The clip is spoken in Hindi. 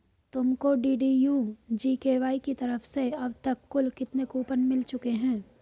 तुमको डी.डी.यू जी.के.वाई की तरफ से अब तक कुल कितने कूपन मिल चुके हैं?